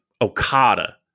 Okada